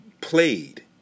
played